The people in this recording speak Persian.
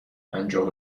پنجاه